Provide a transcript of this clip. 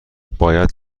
باید